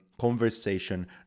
conversation